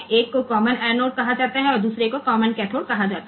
एक को common anode कहा जाता है और दूसरे को कॉमन कैथोड कहा जाता है